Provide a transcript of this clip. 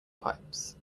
pipes